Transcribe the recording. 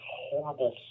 horrible